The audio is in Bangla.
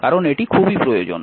কারণ এটি খুবই প্রয়োজন